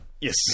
Yes